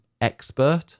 expert